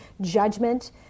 judgment